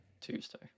Tuesday